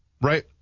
right